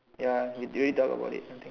ya we already talk about it I think